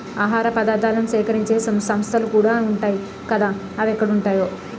ఆహార పదార్థాలను సేకరించే సంస్థలుకూడా ఉంటాయ్ కదా అవెక్కడుంటాయో